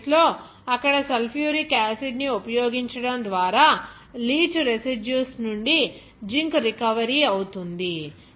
ఈ కేసు లో అక్కడ సల్ఫ్యూరిక్ యాసిడ్ ని ఉపయోగించడం ద్వారా లీచ్ రెసిడ్యూస్ నుండి జింక్ రికవరీ అవుతుంది